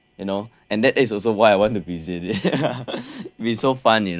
you know and that is also why I want to visit it it'll be so fun you know